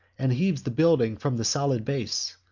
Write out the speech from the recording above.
and heaves the building from the solid base.